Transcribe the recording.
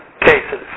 cases